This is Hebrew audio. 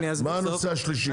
מה הנושא השלישי?